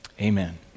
amen